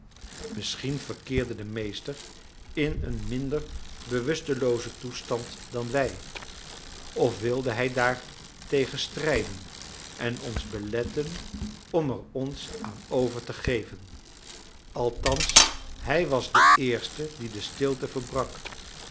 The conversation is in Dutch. misschien verkeerde de meester in een minder bewusteloozen toestand dan wij of wilde bij daartegen strijden en ons beletten om er ons aan over te geven althans hij was de eerste die de stilte verbrak